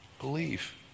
Believe